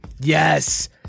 Yes